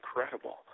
incredible